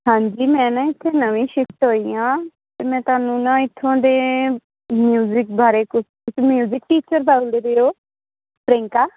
ਹਾਂਜੀ ਮੈਂ ਨਾ ਇੱਥੇ ਨਵੀਂ ਸ਼ਿਫਟ ਹੋਈ ਹਾਂ ਅਤੇ ਮੈਂ ਤੁਹਾਨੂੰ ਨਾ ਇੱਥੋਂ ਦੇ ਮਿਊਜਿਕ ਬਾਰੇ ਕੁਛ ਤੁਸੀਂ ਮਿਊਜਿਕ ਟੀਚਰ ਬੋਲਦੇ ਪਏ ਹੋ ਪ੍ਰਿਅੰਕਾ